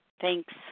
Thanks